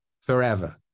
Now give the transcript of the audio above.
forever